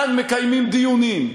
כאן מקיימים דיונים.